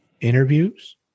interviews